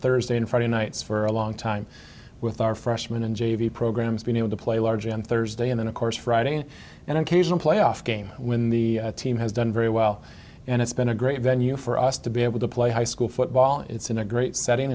thursday and friday nights for a long time with our freshman and j v programs being able to play largely on thursday and then of course friday in an occasional playoff game when the team has done very well and it's been a great venue for us to be able to play high school football it's in a great setting